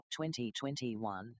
2021